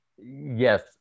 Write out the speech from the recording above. Yes